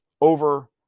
over